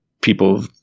People